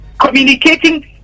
communicating